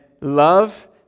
love